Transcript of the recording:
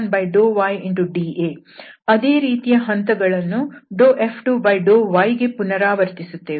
ಅದೇ ರೀತಿಯ ಹಂತಗಳನ್ನು F2∂y ಗೆ ಪುನರಾವರ್ತಿಸುತ್ತೇವೆ